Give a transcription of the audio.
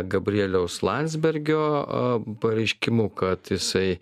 gabrieliaus landsbergio pareiškimų kad jisai